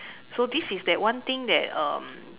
so this is that one thing that um